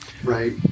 Right